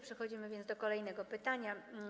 Przechodzimy więc do kolejnego pytania.